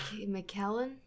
mckellen